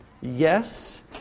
Yes